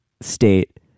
state